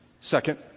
Second